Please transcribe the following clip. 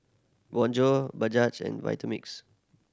Bonjour and Vitamix